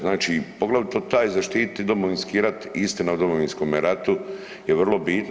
Znači, poglavito taj zaštititi Domovinski rat i istina o Domovinskome ratu je vrlo bitna.